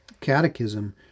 Catechism